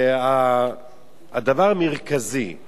הדבר המרכזי הוא